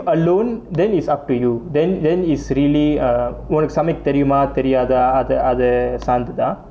alone then it's up to you then then it's really உனக்கு சமைக்க தெரியுமா தெரியாதா அதை அதை சார்ந்துதான்:unakku samaikka theriyumaa theriyathaa athai athai saarnthuthaan